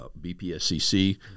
BPSCC